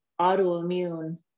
autoimmune